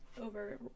over